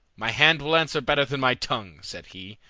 my hand will answer better than my tongue said he.